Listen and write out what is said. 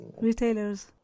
Retailers